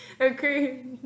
Okay